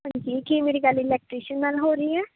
ਹਾਂਜੀ ਕੀ ਮੇਰੀ ਗੱਲ ਇਲੈਕਟ੍ਰੀਸ਼ਨ ਨਾਲ ਹੋ ਰਹੀ ਹੈ